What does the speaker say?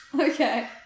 Okay